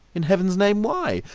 in heaven's name, why?